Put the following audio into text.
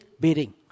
bidding